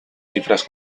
cifras